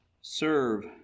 serve